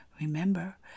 Remember